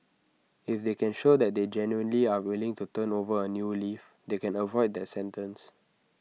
if they can show that they genuinely are willing to turn over A new leaf they can avoid that sentence